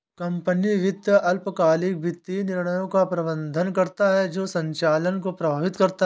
company वित्त अल्पकालिक वित्तीय निर्णयों का प्रबंधन करता है जो संचालन को प्रभावित करता है